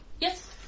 yes